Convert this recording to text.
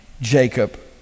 Jacob